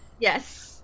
Yes